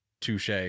Touche